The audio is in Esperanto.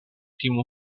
timu